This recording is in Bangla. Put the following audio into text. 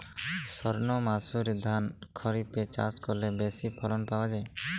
সর্ণমাসুরি ধান খরিপে চাষ করলে বেশি ফলন পাওয়া যায়?